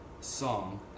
song